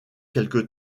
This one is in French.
quelque